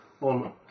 on